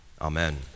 Amen